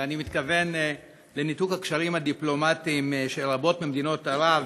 ואני מתכוון לניתוק הקשרים הדיפלומטיים של רבות ממדינות ערב,